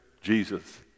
Jesus